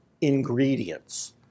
ingredients